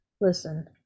listen